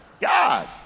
God